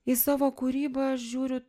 į savo kurybą aš žiūriu